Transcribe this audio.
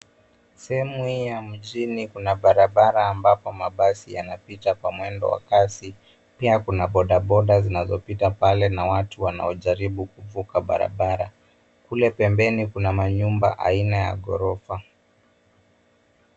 Sehemu hii ya mjini kuna barabara ambapo mabasi yanapita kwa mwendo wa kasi, pia kuna bodaboda zinazopita pale na watu wanaojaribu kuvuka barabara. Kule pembeni kuna manyumba aina ya ghorofa.